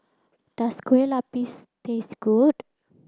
does Kueh Lapis taste good